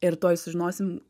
ir tuoj sužinosim